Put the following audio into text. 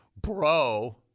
Bro